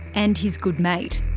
and his good mate.